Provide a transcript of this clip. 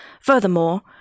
Furthermore